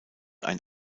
ein